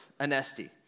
anesti